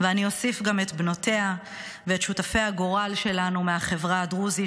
ואני אוסיף גם את בנותיה ואת שותפי הגורל שלנו מהחברה הדרוזית,